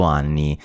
anni